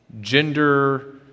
Gender